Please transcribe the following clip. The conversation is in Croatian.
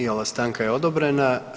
I ova stanka je odobrena.